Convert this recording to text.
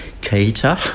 cater